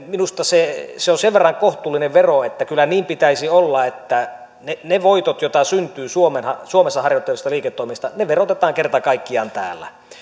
minusta se on nyt sitten sen verran kohtuullinen vero että kyllä niin pitäisi olla että ne ne voitot joita syntyy suomessa suomessa harjoitettavista liiketoimista verotetaan kerta kaikkiaan täällä